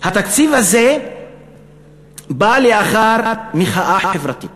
התקציב הזה בא לאחר מחאה חברתית